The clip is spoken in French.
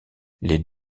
les